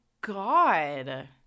God